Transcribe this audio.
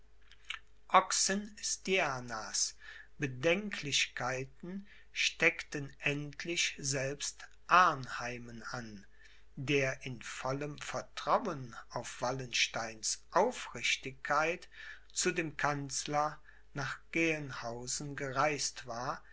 zweifeln oxenstiernas bedenklichkeiten steckten endlich selbst arnheimen an der in vollem vertrauen auf wallensteins aufrichtigkeit zu dem kanzler nach gelnhausen gereist war